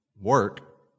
work